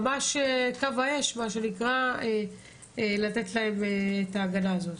הם ממש בקו האש, ולתת להם את ההגנה הזאת.